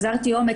אזרתי אומץ,